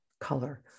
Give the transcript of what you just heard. color